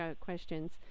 questions